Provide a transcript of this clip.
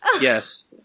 Yes